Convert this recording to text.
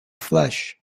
flesh